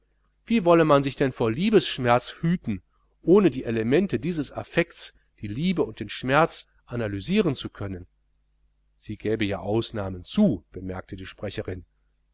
wie wolle man sich denn vor liebesschmerz hüten ohne die elemente dieses affekts die liebe und den schmerz analysieren zu können sie gäbe ja ausnahmen zu bemerkte die sprecherin